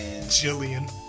Jillian